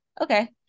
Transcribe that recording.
Okay